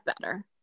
better